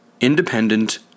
independent